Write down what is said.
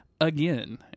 again